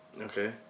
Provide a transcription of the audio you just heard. Okay